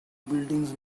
buildings